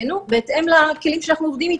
בידינו בהתאם לכלים שאנחנו עובדים איתם.